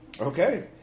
Okay